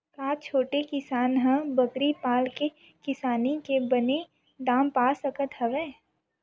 का छोटे किसान ह बकरी पाल के किसानी के बने दाम पा सकत हवय?